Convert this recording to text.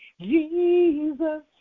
Jesus